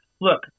look